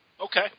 okay